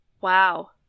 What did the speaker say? Wow